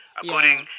According